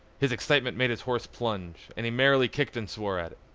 his excitement made his horse plunge, and he merrily kicked and swore at it.